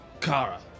Kara